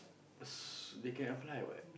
s~ they can apply what